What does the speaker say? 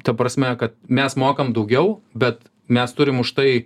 ta prasme kad mes mokam daugiau bet mes turim už tai